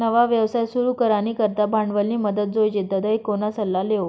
नवा व्यवसाय सुरू करानी करता भांडवलनी मदत जोइजे तधय कोणा सल्ला लेवो